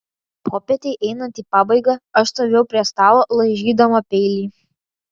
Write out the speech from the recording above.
popietei einant į pabaigą aš stovėjau prie stalo laižydama peilį